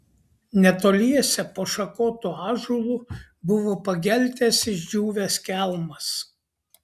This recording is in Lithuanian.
netoliese po šakotu ąžuolu buvo pageltęs išdžiūvęs kelmas